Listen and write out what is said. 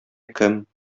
кем